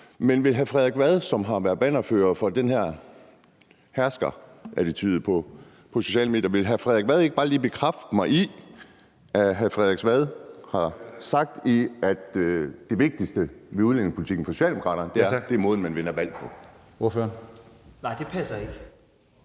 Men vil hr. Frederik Vad, som har været bannerfører for det her med herskerattitude på sociale medier, ikke bare lige over for mig bekræfte, at hr. Frederik Vad har sagt, at det vigtigste ved udlændingepolitikken for Socialdemokraterne er måden, man vinder valg på?